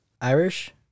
Irish